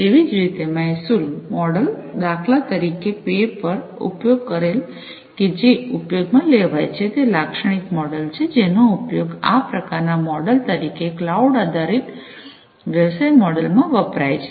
તેવી જ રીતે મહેસૂલ મોડલ દાખલા તરીકે પે પર ઉપયોગ કરેલ કે જે ઉપયોગમાં લેવાય છે તે લાક્ષણિક મોડલ છે જેનો ઉપયોગ આ પ્રકારના મોડલ તરીકે ક્લાઉડ આધારિત વ્યવસાય મોડલ માં વપરાય છે